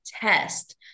test